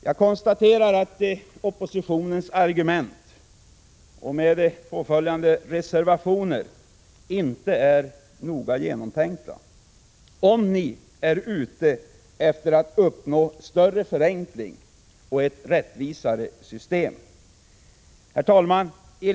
Jag konstaterar att oppositionens argument och reservationer inte är noga genomtänkta, om ni är ute efter att uppnå större förenkling och ett rättvisare system. Herr talman!